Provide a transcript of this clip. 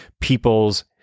people's